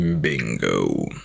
Bingo